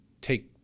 take